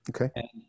Okay